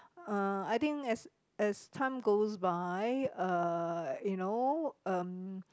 uh I think as as time goes by uh you know um